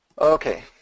okay